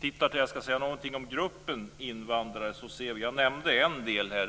Fru talman! Jag ska säga någonting om gruppen invandrare. Jag nämnde en del, nämligen